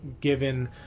given